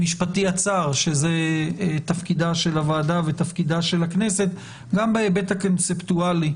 המשפטי הצר אלא גם בהיבט הרחב,